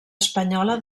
espanyola